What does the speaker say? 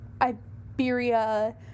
Iberia